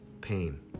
pain